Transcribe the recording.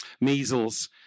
measles